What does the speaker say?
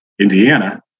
Indiana